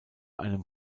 einem